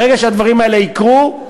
ברגע שהדברים האלה יקרו,